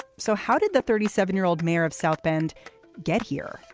so how did the thirty seven year old mayor of south bend get here.